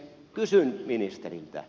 kysyn ministeriltä